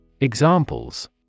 Examples